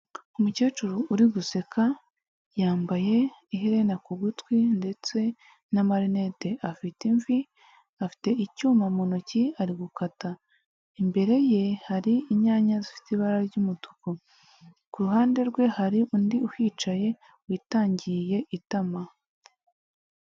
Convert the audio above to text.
Umukecuru uri guseka yambaye iherena ku gutwi ndetse n'amarinete, afite imvi afite icyuma mu ntoki ari gukata, imbere ye hari inyanya zifite ibara ry'umutuku, ku ruhande rwe hari undi uhicaye witangiye itama.